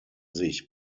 sich